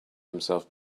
himself